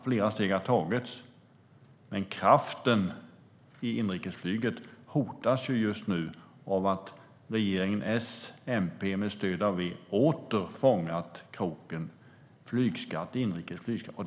Flera steg har tagits, men kraften i inrikesflyget hotas just nu av att regeringen S-MP med stöd av V åter fångat kroken inrikes flygskatt.